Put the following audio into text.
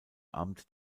amt